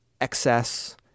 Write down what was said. excess